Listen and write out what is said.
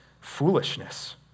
foolishness